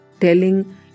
telling